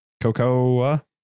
cocoa